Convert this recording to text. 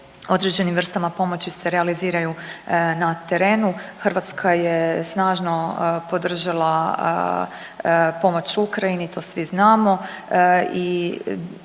određeni vrstama pomoći se realiziraju na terenu. Hrvatska je snažno podržala pomoć Ukrajini to svi znamo